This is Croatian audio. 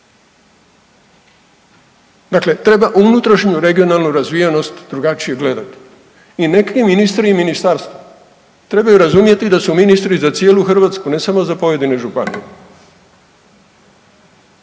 Dakle treba unutrašnju regionalnu razvijenost drugačije gledati i ne krivim ministre i ministarstvo, trebaju razumjeti da su ministri za cijelu Hrvatsku, ne samo za pojedine županije.